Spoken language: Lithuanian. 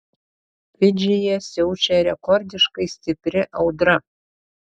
fidžyje siaučia rekordiškai stipri audra